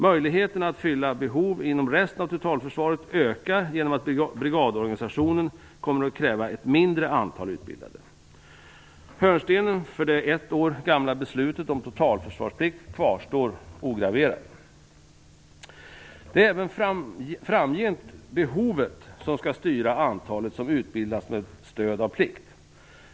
Möjligheterna att fylla behov inom resten av totalförsvaret ökar genom att brigadorganisationen kommer att kräva ett mindre antal utbildade. Hörnstenen för det ett år gamla beslutet om totalförsvarsplikt kvarstår ograverad. Det är även framgent behovet som skall styra antalet som utbildas med stöd av plikt.